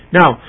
now